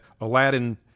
Aladdin